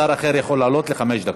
שר אחר יכול לעלות לחמש דקות.